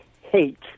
Hate